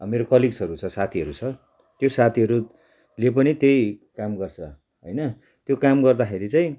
मेरो कलिग्सहरू छ साथीहरू छ त्यो साथीहरूले पनि त्यही काम गर्छ होइन त्यो काम गर्दाखेरि चाहिँ